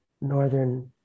northern